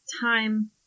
time